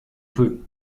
peut